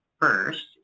first